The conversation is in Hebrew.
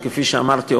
שכפי שאמרתי,